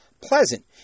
pleasant